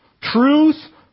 Truth